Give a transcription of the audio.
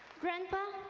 grandpa,